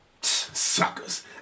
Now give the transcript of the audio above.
Suckers